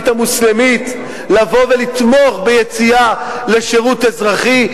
המוסלמית לבוא ולתמוך ביציאה לשירות אזרחי,